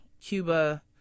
Cuba